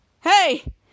hey